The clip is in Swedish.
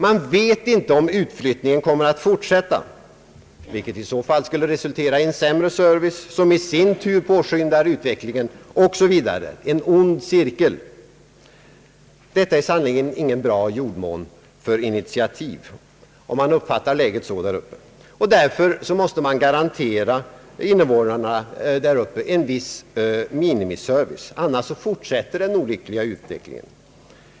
Man vet inte om utflyttningen kommer att fortsätta, vilket i så fall skulle resultera i en sämre service, som i sin tur påskyndar utflyttningen, osv. i en ond cirkel. Detta är sannerligen ingen bra jordmån för initiativ — man uppfattar läget så där uppe. Därför måste invånarna där garanteras en viss minimiservice. Annars fortsätter den olyckliga utvecklingen.